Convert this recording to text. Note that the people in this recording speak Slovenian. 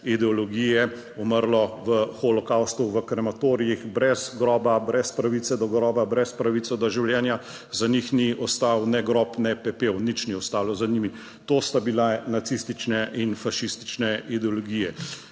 ideologije umrlo v holokavstu, v krematorijih, brez groba, brez pravice do groba, brez pravice do življenja. Za njih ni ostal ne grob ne pepel, nič ni ostalo za njimi. To sta bila nacistične in fašistične ideologije.